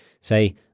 Say